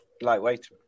lightweight